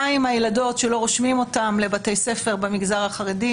מה עם הילדות שלא רשומים אותן לבתי ספר במגזר החרדי,